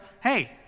hey